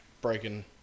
breaking